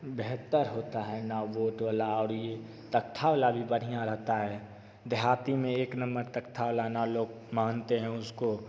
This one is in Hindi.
बेहतर होता है नाव वोट वाला और ये तख्ता वाला भी बढ़िया रहता है देहाती में एक नम्मर तख्ता वाला नाव लोग मानते हैं उसको